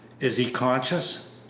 is he conscious?